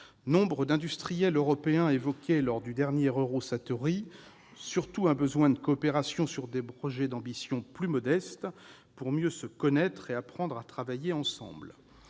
Nombre d'industriels européens évoquaient, lors du dernier Eurosatory, surtout un besoin de coopération sur des projets d'ambition plus modeste, pour mieux se connaître et apprendre à travailler ensemble.